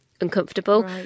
uncomfortable